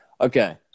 okay